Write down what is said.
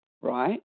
right